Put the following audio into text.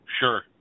Sure